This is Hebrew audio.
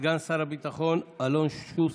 סגן שר הביטחון אלון שוסטר.